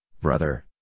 Brother